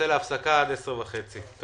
הישיבה ננעלה בשעה 10:14.